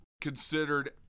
considered